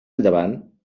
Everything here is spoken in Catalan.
endavant